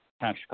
cash